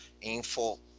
info